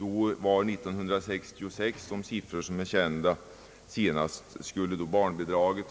Enligt de senast kända siffrorna, för 1966, borde då barnbidraget